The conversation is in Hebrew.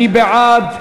מי בעד?